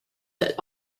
that